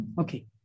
okay